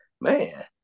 Man